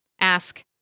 Ask